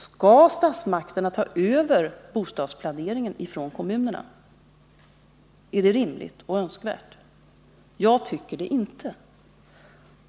Skall statsmakterna ta över bostadsplaneringen från kommunerna? Är det rimligt och önskvärt? Jag tycker det inte.